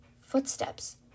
Footsteps